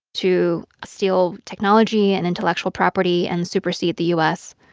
to steal technology and intellectual property and supersede the u s